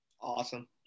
Awesome